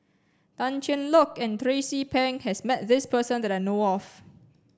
Tan Cheng Lock and Tracie Pang has met this person that I know of